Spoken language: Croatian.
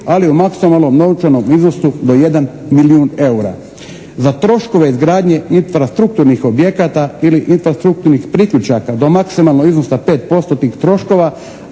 ali u maksimalnom novčanom iznosu do 1 milijun eura. Za troškove izgradnje infrastrukturnih objekata ili infrastrukturnih priključaka do maksimalnog iznosa pet postotnih troškova,